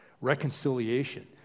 reconciliation